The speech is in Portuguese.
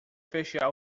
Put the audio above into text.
fechar